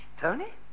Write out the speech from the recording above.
Tony